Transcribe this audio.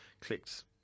clicked